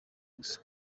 gusa